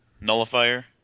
Nullifier